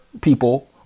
people